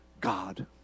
God